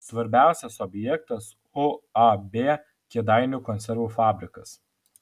svarbiausias objektas uab kėdainių konservų fabrikas